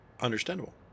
Understandable